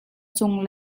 cung